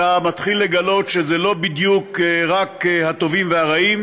אתה מתחיל לגלות שזה לא בדיוק רק הטובים והרעים,